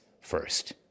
first